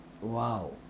wow